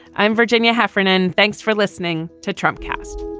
i'm virginia heffernan. thanks for listening to trump cast